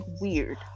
weird